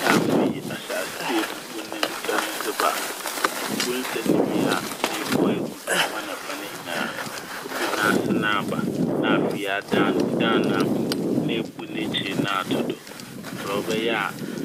na afei ahyɛ ase dɛ ebubu ne nsa n' dze ba. Ibubu nsa n' ne wie a na ebu egu do fa na fa ne nyinaa. Ebu n'ase n' aba na afei adan no. Edan no a na ebu n'ekyir no ato do mbrɛ ɔbɛyɛ